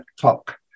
clock